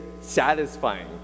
satisfying